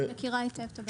אני מכירה היטב את הבעיות.